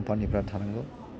कम्पानिफोरा थांनांगौ